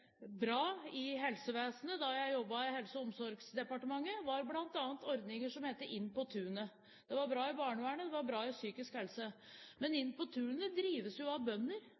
bra i helsevesenet da jeg jobbet i Helse- og omsorgsdepartementet, var bl.a. ordninger som het Inn på tunet. Det var bra i barnevernet, og det var bra innen psykisk helse. Men Inn på tunet drives jo av bønder,